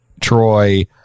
Troy